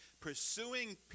pursuing